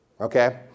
Okay